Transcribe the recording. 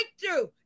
breakthrough